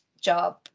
job